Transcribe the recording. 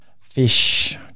fish